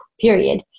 period